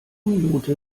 minute